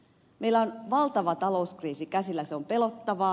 meillä on valtava talouskriisi käsillä se on pelottavaa